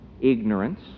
Ignorance